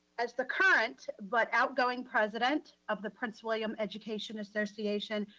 as the current, but outgoing president, of the prince william education association,